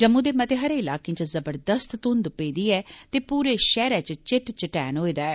जम्मू दे मते हारे इलाकें च जबरदस्त घुंघ पेदी ऐ पूरे शैहरे च चिट्ट चटैन होए दा ऐ